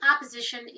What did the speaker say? opposition